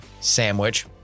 sandwich